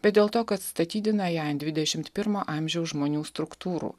bet dėl to kad statydina ją ant dvidešimt pirmo amžiaus žmonių struktūrų